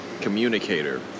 communicator